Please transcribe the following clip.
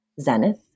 zenith